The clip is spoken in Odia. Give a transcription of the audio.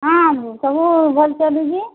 ହଁ ସବୁ ଭଲ ଚାଲୁଛି